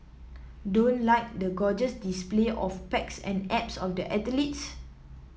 don't like the gorgeous display of pecs and abs of the athletes